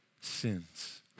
sins